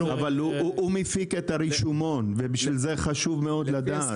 אבל הוא מפיק את הרשומון ולכן חשוב מאוד לדעת.